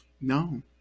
No